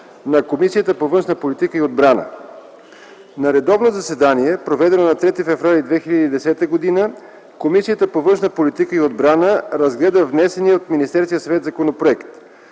на Комисията по външна политика и отбрана На редовно заседание, проведено на 3 февруари 2010 г., Комисията по външна политика и отбрана разгледа внесения от Министерския съвет законопроект.